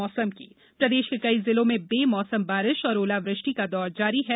मौसम प्रदेश के कई जिलों में बेमौसम बारिश और ओलावृष्टि का दौर जारी है